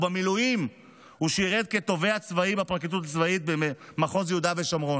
ובמילואים הוא שירת כתובע צבאי בפרקליטות הצבאית במחוז יהודה ושומרון,